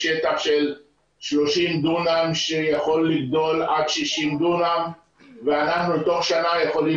שטח של 30 דונם שיכול לגדול עד 60 דונם ואנחנו תוך שנה יכולים